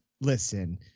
Listen